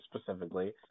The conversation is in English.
specifically